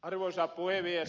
arvoisa puhemies